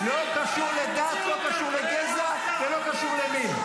לא קשור לדת, לא קשור לגזע ולא קשור למין.